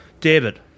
David